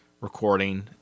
recording